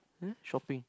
!huh! shopping